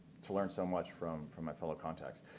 to learn so much from from my fellow contacts,